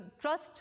trust